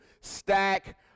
stack